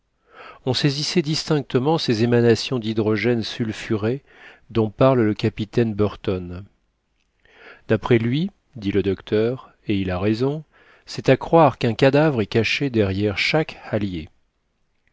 on saisissait distinctement ces émanations d'hydrogène sulfuré dont parle le capitaine burton d'après lui dit le docteur et il a raison c'est à croire qu'un cadavre est caché derrière chaque hallier